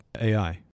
AI